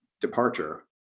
departure